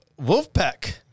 Wolfpack